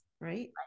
right